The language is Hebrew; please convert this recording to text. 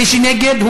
מי שנגד,